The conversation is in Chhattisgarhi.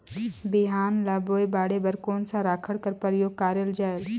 बिहान ल बोये बाढे बर कोन सा राखड कर प्रयोग करले जायेल?